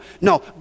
No